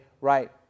right